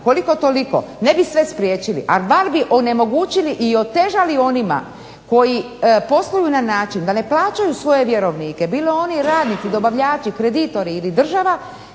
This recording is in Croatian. koliko toliko ne bi sve spriječili ali bar bi onemogućili i otežali onima koji posluju na način da ne plaćaju svoje vjerovnike bilo oni radnici, dobavljači, kreditori ili država.